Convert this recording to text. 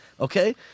Okay